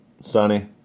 sunny